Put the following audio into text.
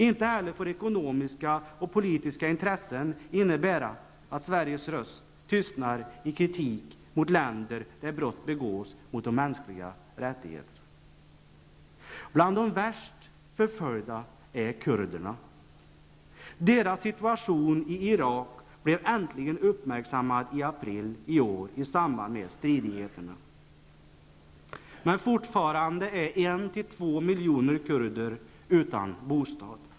Inte heller får ekonomiska och politiska intressen innebära att Sveriges röst tystnar i sin kritik mot länder där brott begås mot de mänskliga rättigheterna. Bland de värst förföljda är kurderna. Deras situation i Irak blev äntligen uppmärksammad i april i år i samband med stridigheterna. Men fortfarande är mellan en och två miljoner kurder utan bostad.